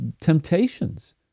temptations